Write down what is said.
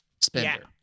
spender